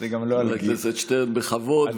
חבר הכנסת שטרן, בכבוד.